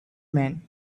man